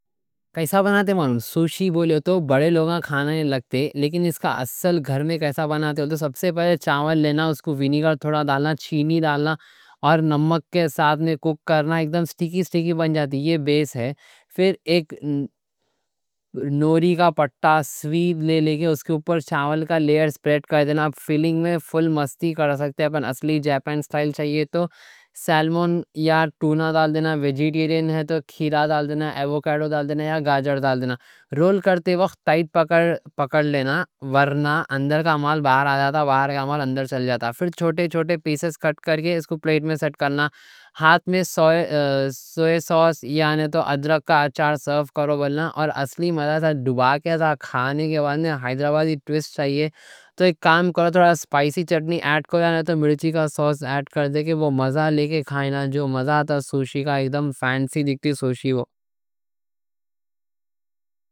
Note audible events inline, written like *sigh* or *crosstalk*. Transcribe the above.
کیسا بناتے، مانو سوشی بولے تو بڑے لوگاں کھانا نہیں لگتا، لیکن اس کا اصل گھر میں کیسا بناتے؟ سب سے پہلے چاول لینا، اس کو وینیگر تھوڑا ڈالنا، چینی *hesitation* ڈالنا، اور نمک کے ساتھ میں کُک کرنا؛ ایک دم سٹکی سٹکی بن جاتی، یہ بیس ہے۔ پھر ایک *hesitation* نوری کا پتّا لے کے اس کے اوپر چاول کا لیئر سپریڈ کر دینا، فیلنگ میں فُل مستی کر سکتے۔ اپن اگر اصلی جاپن سٹائل چاہیے تو سیلمون یا ٹونا ڈال دینا؛ ویجیٹیرین ہے تو کھیرا، ایووکیڈو یا گاجر ڈال دینا۔ رول کرتے وقت ٹائٹ *hesitation* پکڑ لینا، ورنہ اندر کا مال باہر آجاتا، باہر کا مال اندر چل جاتا۔ پھر چھوٹے چھوٹے پیسز کٹ کرکے اس کو پلیٹ میں سیٹ کرنا، ہاتھ میں *hesitation* سویا ساس، یعنی ادرک کا اچار، سرو کرو۔ اور اصلی مزہ دبا کے کھاؤ۔ کھانے کے بعد اگر حیدرآبادی ٹوئسٹ چاہیے تو ایک کام کرو، تھوڑا سپائسی چٹنی ایڈ کر دینا، مرچی کا سوس ایڈ کردے، وہ مزہ لے کے کھائینا، جو مزہ آتا۔